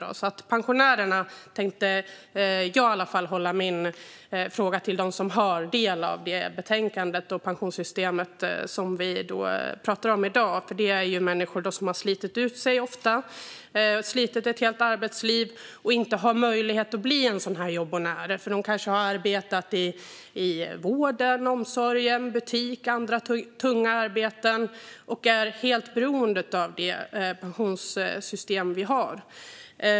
Jag tänker i alla fall fråga om pensionärerna - de som tar del av pensionssystemet och som vi pratar om i dag. Det gäller ofta människor som har slitit ut sig. De har slitit ett helt arbetsliv och har inte möjlighet att bli en jobbonär. De har kanske arbetat inom vården eller omsorgen, i butik eller med andra tunga arbeten och är helt beroende av det pensionssystem vi har.